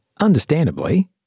understandably